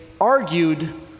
argued